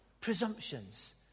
presumptions